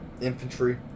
infantry